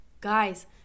guys